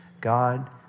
God